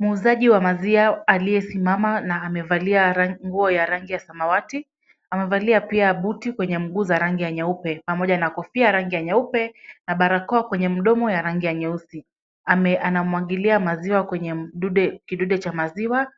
Muuzaji wa maziwa aliyesimama na amevalia rangi nguo ya rangi ya samawati, amevalia pia buti kwenye mguu za rangi ya nyeupe pamoja na kofia rangi ya nyeupe na barakoa kwenye mdomo ya rangi ya nyeusi. Amemwagilia maziwa kwenye mdude kidude cha maziwa